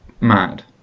mad